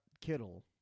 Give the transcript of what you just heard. Kittle